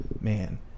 man